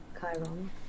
Chiron